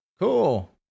Cool